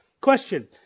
Question